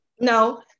No